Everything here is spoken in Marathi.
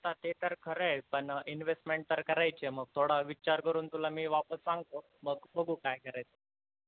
आता ते तर खरं पण इन्व्हेस्टमेंट तर करायचेय मग थोडा विचार करून तुला मी वापस सांगतो मग बघू काय करायचं